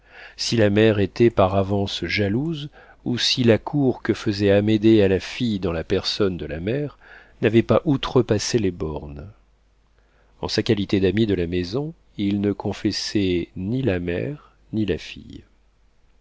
si la mère était par avance jalouse ou si la cour que faisait amédée à la fille dans la personne de la mère n'avait pas outrepassé les bornes en sa qualité d'ami de la maison il ne confessait ni la mère ni la fille